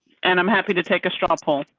and i'm happy to take a straw poll.